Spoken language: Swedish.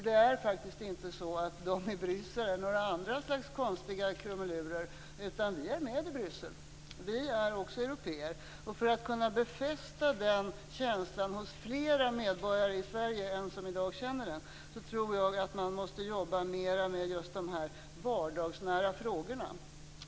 Det är faktiskt inte så att de i Bryssel är några andra slags konstiga figurer. Vi är med i Bryssel och är också européer. För att kunna befästa den känslan hos flera medborgare i Sverige än som i dag känner den, tror jag att man måste arbeta mer med just de vardagsnära frågorna.